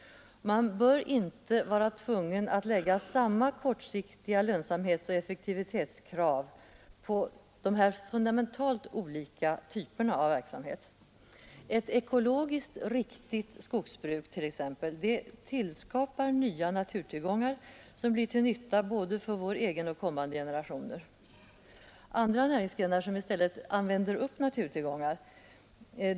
Man bör inte vara tvungen att lägga samma kortsiktiga lönsamhetsoch effektivitetskrav på dessa fundamentalt olika typer av verksamhet. Ett ekologiskt riktigt skogsbruk t.ex. skapar nya naturtillgångar som blir till nytta för både vår egen generation och kommande generationer. Andra näringsgrenar använder i stället naturtillgångar.